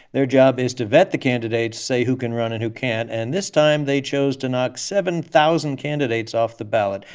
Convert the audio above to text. their job is to vet the candidates, say who can run and who can't. and this time, they chose to knock seven thousand candidates off the ballot.